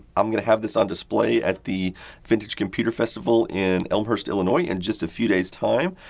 i'm going to have this on display at the vintage computer festival in elmhurst, illinios in just a few days time.